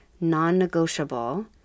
non-negotiable